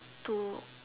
to